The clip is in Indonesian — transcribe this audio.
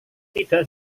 tidak